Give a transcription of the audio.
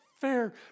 fair